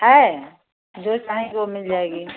है जो चाहेंगे वह मिल जाएगी